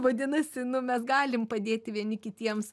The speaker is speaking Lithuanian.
vadinasi nu mes galim padėti vieni kitiems